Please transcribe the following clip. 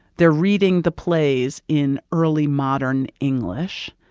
they're reading the plays in early modern english,